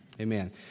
Amen